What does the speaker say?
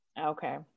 Okay